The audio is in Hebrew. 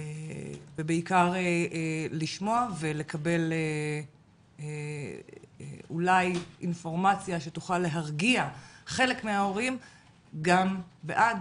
ובעיקר לשמוע ולקבל אולי אינפורמציה שתוכל להרגיע חלק מההורים גם בעד